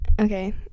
okay